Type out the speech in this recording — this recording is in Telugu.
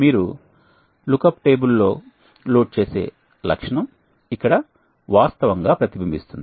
మీరు లుక్అప్ టేబుల్ లో లోడ్ చేసే లక్షణం ఇక్కడ వాస్తవంగా ప్రతిబింబిస్తుంది